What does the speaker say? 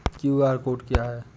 QR code क्या है?